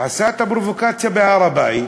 עשה את הפרובוקציה בהר-הבית,